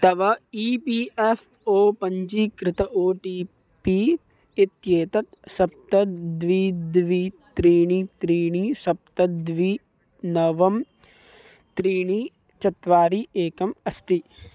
तव E P F O पञ्जीकृत O T P इत्येतत् सप्त द्वे द्वे त्रीणि त्रीणि सप्त द्वे नव त्रीणि चत्वारि एकम् अस्ति